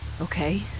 Okay